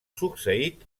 succeït